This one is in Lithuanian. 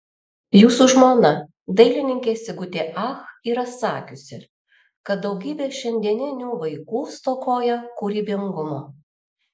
jūsų žmona dailininkė sigutė ach yra sakiusi kad daugybė šiandieninių vaikų stokoja kūrybingumo